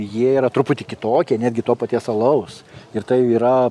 jie yra truputį kitokie netgi to paties alaus ir tai yra